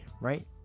right